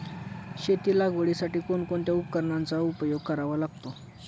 शेती लागवडीसाठी कोणकोणत्या उपकरणांचा उपयोग करावा लागतो?